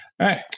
right